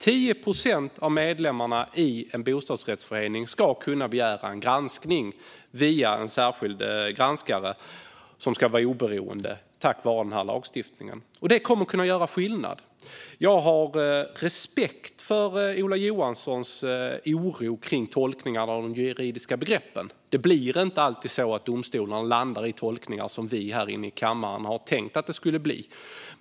10 procent av medlemmarna i en bostadsrättsförening ska kunna begära en granskning via en särskild granskare som ska vara oberoende, tack vare den här lagstiftningen. Det kommer att kunna göra skillnad. Jag har respekt för Ola Johanssons oro kring tolkningen av de juridiska begreppen. Det blir inte alltid så att domstolarna landar i de tolkningar som vi här inne i kammaren hade tänkt att det skulle bli.